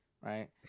right